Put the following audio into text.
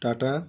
tata